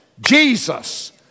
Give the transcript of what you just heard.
Jesus